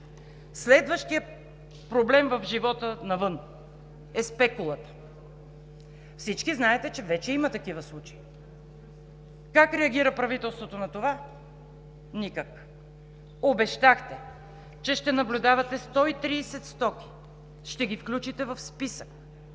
Следващият проблем в живота навън е спекулата. Всички знаете, че вече има такива случаи. Как реагира правителството на това? Никак! Обещахте, че ще наблюдавате 130 стоки, ще ги включите в списък.